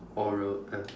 oral